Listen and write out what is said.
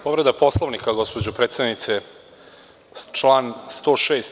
Povreda Poslovnika, gospođo predsednice, član 106.